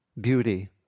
beauty